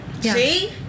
see